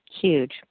Huge